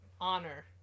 Honor